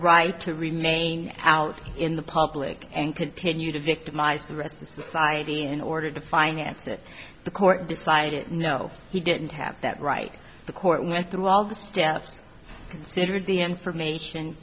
right to remain out in the public and continue to victimize the rest of society in order to finance it the court decided no he didn't have that right the court went through all the steps considered the information